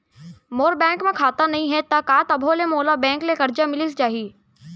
मोर bank म खाता नई हे त का तभो ले मोला बैंक ले करजा मिलिस जाही?